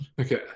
okay